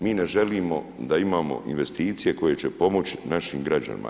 Mi ne želimo da imamo investicije koje će pomoći našim građanima.